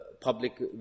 public